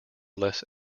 less